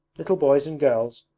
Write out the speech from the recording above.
little boys and girls,